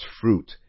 fruit